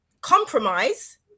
compromise